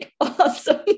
Awesome